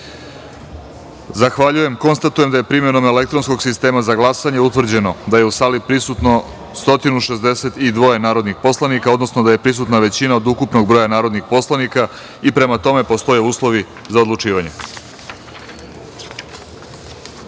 glasanje. Zahvaljujem. Konstatujem da je primenom elektronskog sistema za glasanje utvrđeno da su u sali prisutna 162 narodna poslanika, odnosno da je prisutna većina od ukupnog broja narodnih poslanika i da, prema tome, postoje uslovi za odlučivanje. Prelazimo